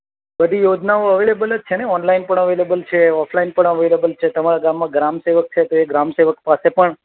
બધી યોજનાઓ અવેલેબલ જ છેને ઓનલાઈન પણ અવેલેબલ છે ઓફલાઈન પણ અવેલેબલ છે તમારા ગામમાં ગ્રામસેવક છે તો એ ગ્રામસેવક પાસે પણ